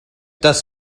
das